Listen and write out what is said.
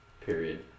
period